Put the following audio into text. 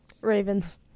Ravens